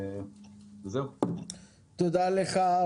תודה לך.